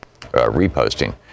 reposting